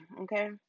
okay